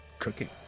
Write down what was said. cooking.